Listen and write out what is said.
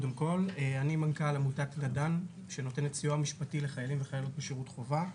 אני מנכ"ל עמותת נדן שנותנת סיוע משפטי לחיילים וחיילות בשירות חובה.